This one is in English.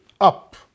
up